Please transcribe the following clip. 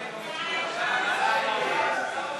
ההצעה להעביר את הצעת חוק הדגל,